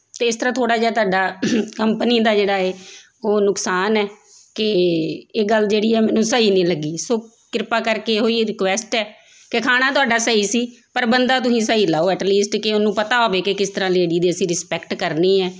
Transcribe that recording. ਅਤੇ ਇਸ ਤਰ੍ਹਾਂ ਥੋੜ੍ਹਾ ਜਿਹਾ ਤੁਹਾਡਾ ਕੰਪਨੀ ਦਾ ਜਿਹੜਾ ਹੈ ਉਹ ਨੁਕਸਾਨ ਹੈ ਕਿ ਇਹ ਗੱਲ ਜਿਹੜੀ ਹੈ ਮੈਨੂੰ ਸਹੀ ਨਹੀਂ ਲੱਗੀ ਸੋ ਕਿਰਪਾ ਕਰਕੇ ਇਹੋ ਹੀ ਰਿਕੁਐਸਟ ਹੈ ਕਿ ਖਾਣਾ ਤੁਹਾਡਾ ਸਹੀ ਸੀ ਪਰ ਬੰਦਾ ਤੁਸੀਂ ਸਹੀ ਲਾਉ ਐਟਲੀਸਟ ਕਿ ਉਹਨੂੰ ਪਤਾ ਹੋਵੇ ਕਿ ਕਿਸ ਤਰ੍ਹਾਂ ਲੇਡੀ ਦੀ ਅਸੀਂ ਰਿਸਪੈਕਟ ਕਰਨੀ ਹੈ